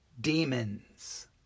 demons